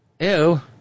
ew